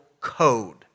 code